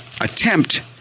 attempt